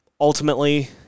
ultimately